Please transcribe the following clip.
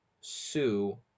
sue